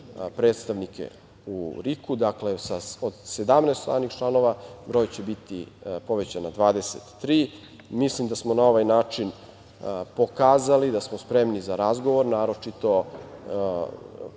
predstavnike u RIK-u. Dakle, od 17 stalnih članova, broj će biti povećan na 23.Mislim da smo na ovaj način pokazali da smo spremni za razgovor, naročito